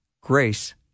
grace